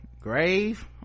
grave